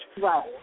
Right